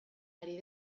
ari